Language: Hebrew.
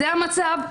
זה המצב,